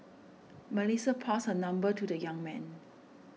Melissa passed her number to the young man